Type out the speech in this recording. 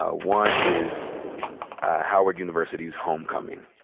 ah one is howard university's homecoming,